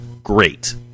great